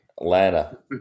Atlanta